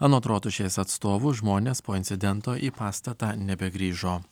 anot rotušės atstovų žmonės po incidento į pastatą nebegrįžo